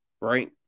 right